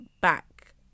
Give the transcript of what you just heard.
back